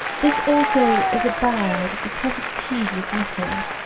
this also is a bad, because a tedious, method.